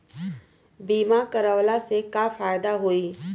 बीमा करवला से का फायदा होयी?